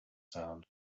sound